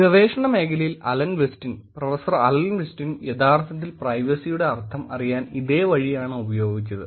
ഗവേഷണ മേഖലയിൽ Alan Westin professor Alan Westin യഥാർത്ഥത്തിൽ പ്രൈവസിയുടെ അർത്ഥം അറിയാൻ ഇതേ വഴിയാണ് ഉപയോഗിച്ചത്